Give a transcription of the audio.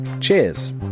Cheers